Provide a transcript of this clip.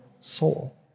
soul